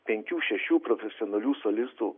penkių šešių profesionalių solistų